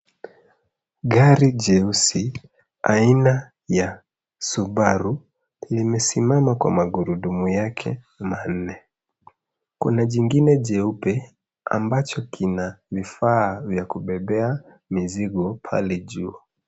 Gari jeusi aina ya subaru limesimama kwa magurudumu yake manne. Kuna jingine jeupe ambacho kinakifaa cha kubebea mizigo pale juu.